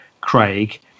Craig